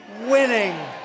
winning